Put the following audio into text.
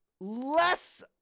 less